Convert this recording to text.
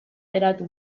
geratu